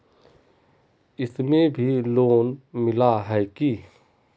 इसमें भी लोन मिला है की